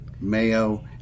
mayo